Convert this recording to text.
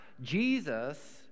Jesus